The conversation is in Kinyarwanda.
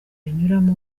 binyuramo